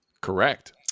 Correct